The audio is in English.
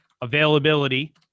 availability